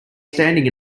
standing